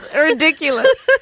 a ridiculous